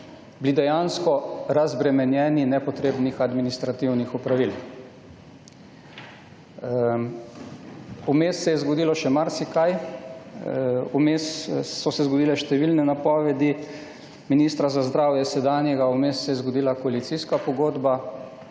bili dejansko razbremenjeni nepotrebnih administrativnih opravil. Vmes se je zgodilo še marsikaj. Vmes so se zgodile številne napovedi ministra za zdravje, sedanjega. Vmes se je zgodila koalicijska pogodba.